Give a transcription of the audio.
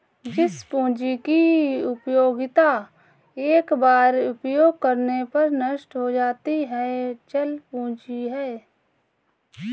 जिस पूंजी की उपयोगिता एक बार उपयोग करने पर नष्ट हो जाती है चल पूंजी है